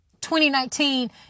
2019